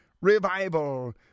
revival